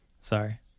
sorry